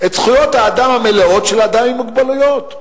את זכויות האדם המלאות של האדם עם מוגבלויות,